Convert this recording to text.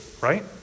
right